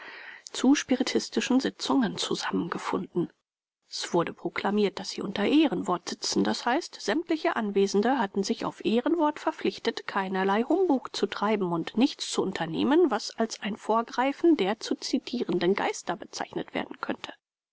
zu spirististischen sitzungen zusammengefunden es wurde proklamiert daß sie unter ehrenwort sitzen d h sämtliche anwesende hatten sich auf ehrenwort verpflichtet keinerlei humbug zu treiben und nichts zu unternehmen was als ein vorgreifen der zu zitierenden geister bezeichnet werden könnte